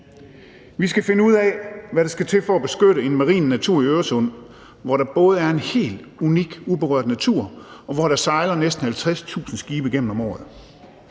Vi skal finde ud af, hvad der skal til for at beskytte en marin natur i Øresund, hvor der både er en helt unik uberørt natur, og hvor der sejler næsten 50.000 skibe igennem om året.